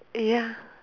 ya